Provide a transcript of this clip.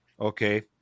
Okay